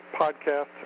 podcast